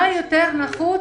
מה יותר נחוץ,